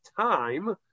time